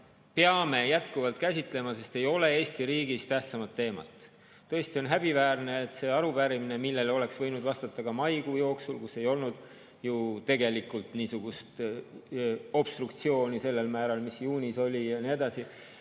seda jätkuvalt käsitlema, sest ei ole Eesti riigis tähtsamat teemat. Tõesti on häbiväärne, et see arupärimine, millele oleks võinud vastata ka maikuu jooksul, kui ei olnud ju obstruktsiooni sellel määral, nagu juunis oli, ja nii edasi,